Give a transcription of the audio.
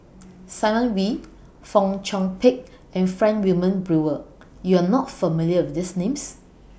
Simon Wee Fong Chong Pik and Frank Wilmin Brewer YOU Are not familiar with These Names